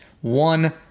one